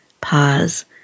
pause